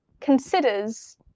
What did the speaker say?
considers